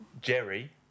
Jerry